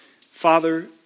Father